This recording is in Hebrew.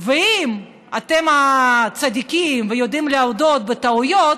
ואם אתם צדיקים ויודעים להודות בטעויות,